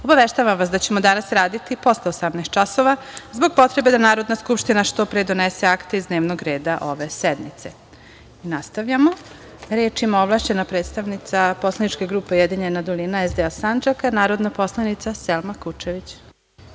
obaveštavam vas da ćemo danas raditi posle 18.00 časova, zbog potrebe da Narodna skupština što pre donese akte iz dnevnog reda ove sednice. Reč ima ovlašćena predstavnica poslaničke grupe Ujedinjena dolina - SDA Sandžaka narodna poslanica Selma